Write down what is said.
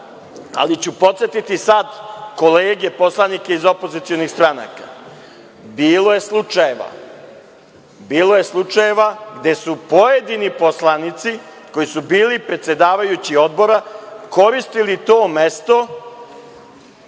stranke. Podsetiću sad kolege poslanike iz opozicionih stranaka, bilo je slučajeva gde su pojedini poslanici, koji su bili predsedavajući odbora, koristili to mesto,